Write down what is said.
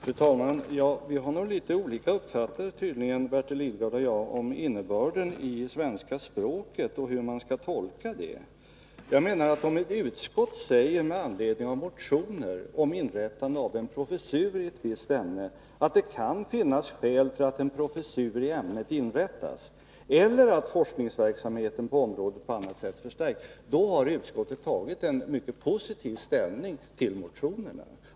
Fru talman! Bertil Lidgard och jag har tydligen litet olika uppfattningar om innebörden av svenska språket och hur man skall tolka det. Om ett utskott med anledning av motioner om inrättande av en professur i ett visst ämne förklarar att det kan finnas skäl för att en professur i ämnet inrättas eller att forskningsverksamheten på området på annat sätt förstärks, då har utskottet tagit en mycket positiv ställning till motionerna.